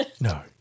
No